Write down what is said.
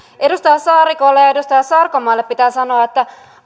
edustaja saarikolle ja edustaja sarkomaalle pitää sanoa että